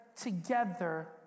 together